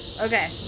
Okay